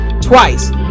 twice